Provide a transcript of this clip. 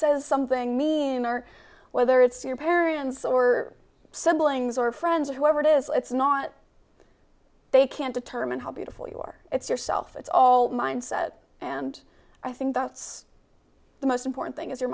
says something mean or whether it's your parents or siblings or friends or whoever it is it's not they can't determine how beautiful you are it's yourself it's all mindset and i think that's the most important thing is